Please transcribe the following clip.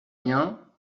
bien